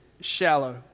shallow